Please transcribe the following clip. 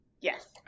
yes